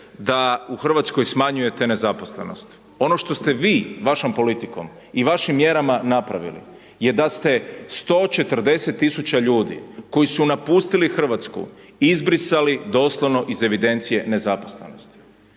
da u Hrvatskoj smanjujete nezaposlenost. Ono što ste vi vašom politikom i vašim mjerama napravili je da ste 140 000 ljudi koji su napustili Hrvatsku, izbrisali doslovno iz evidencije nezaposlenih